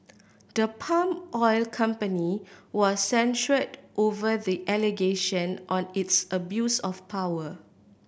the palm oil company was censured over the allegation on its abuse of power